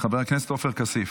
חבר הכנסת עופר כסיף.